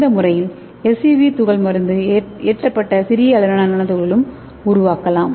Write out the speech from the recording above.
இந்த முறையில் எஸ்யூவி துகள் மருந்து ஏற்றப்பட்ட சிறிய அளவிலான நானோ துகள்களும் உருவாக்கலாம்